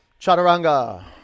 Chaturanga